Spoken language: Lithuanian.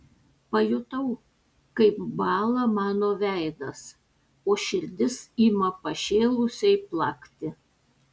pajutau kaip bąla mano veidas o širdis ima pašėlusiai plakti